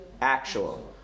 actual